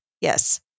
yes